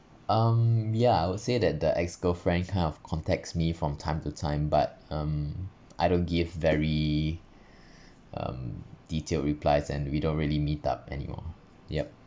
um yeah I would say that the ex girlfriend kind of contacts me from time to time but um I don't give very um detailed replies and we don't really meet up anymore yup